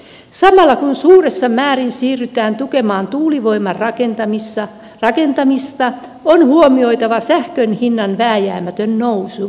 samalla kun suuressa määrin siirrytään tukemaan tuulivoiman rakentamista on huomioitava sähkön hinnan vääjäämätön nousu